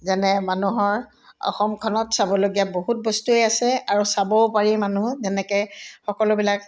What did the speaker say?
যেনে মানুহৰ অসমখনত চাবলগীয়া বহুত বস্তুৱেই আছে আৰু চাবও পাৰি মানুহ যেনেকৈ সকলোবিলাক